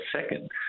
second